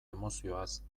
emozioaz